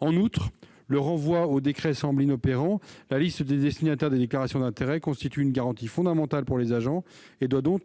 En outre, le renvoi au décret semble inopérant : la liste des destinataires des déclarations d'intérêts constitue une garantie fondamentale pour les agents, et doit donc,